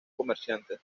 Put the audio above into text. comerciante